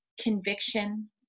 conviction